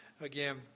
again